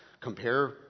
compare